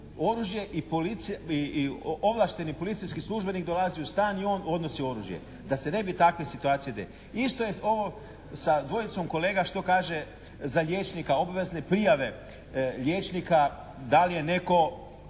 i ovlašteni policijski službenik dolazi u stan i on odnosi oružje. Da se ne bi takve situacije desile. Isto je ovo sa dvojicom kolega što kaže za liječnika obvezne prijave liječnika da li je netko